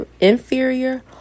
inferior